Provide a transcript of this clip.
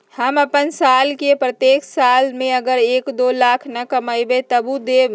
हम अपन साल के प्रत्येक साल मे अगर एक, दो लाख न कमाये तवु देम?